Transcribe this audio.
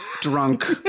drunk